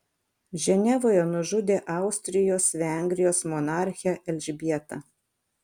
ženevoje nužudė austrijos vengrijos monarchę elžbietą